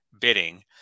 bidding